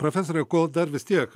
profesore kol dar vis tiek